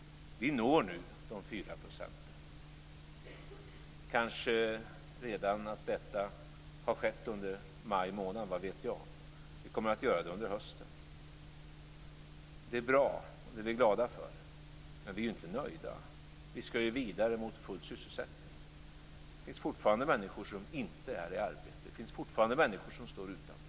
Vi uppnår nu de fyra procenten. Kanske har det redan skett under maj månad, vad vet jag. Vi kommer att göra det under hösten. Det är bra, och det är vi glada för. Men vi är ju inte nöjda. Vi ska ju vidare mot full sysselsättning. Det finns fortfarande människor som inte är i arbete. Det finns fortfarande människor som står utanför.